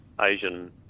asian